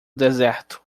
deserto